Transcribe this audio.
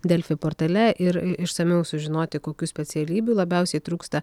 delfi portale ir išsamiau sužinoti kokių specialybių labiausiai trūksta